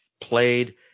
played